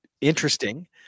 interesting